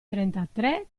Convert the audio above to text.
trentatré